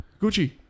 Gucci